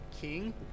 king